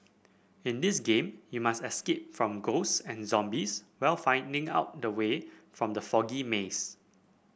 in this game you must escape from ghost and zombies while finding out the way from the foggy maze